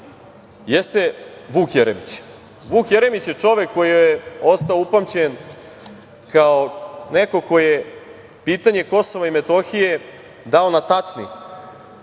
jeste Vuk Jeremić. Vuk Jeremić je čovek koji je ostao upamćen kao neko ko je pitanje Kosova i Metohije dao na tacni